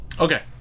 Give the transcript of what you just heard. Okay